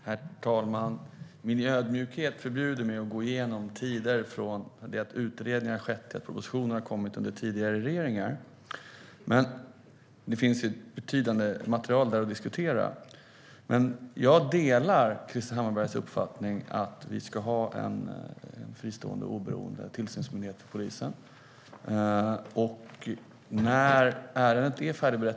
Herr talman! Min ödmjukhet förbjuder mig att gå igenom tider från det att utredningar har skett till att propositioner har lagts fram under tidigare regeringar. Det finns ett betydande material att diskutera. Jag delar Krister Hammarberghs uppfattning att det ska finnas en fristående och oberoende tillsynsmyndighet för polisen.